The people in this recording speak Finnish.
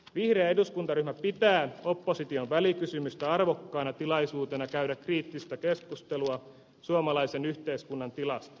vihreä eduskuntaryhmä pitää opposition välikysymystä arvokkaana tilaisuutena käydä kriittistä keskustelua suomalaisen yhteiskunnan tilasta